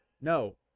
No